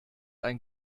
ein